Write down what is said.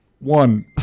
One